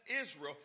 Israel